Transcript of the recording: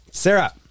Sarah